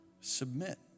Submit